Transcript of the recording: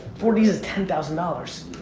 four d's is ten thousand dollars.